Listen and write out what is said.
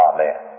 Amen